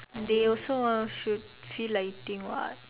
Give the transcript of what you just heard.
they also ah should feel like eating what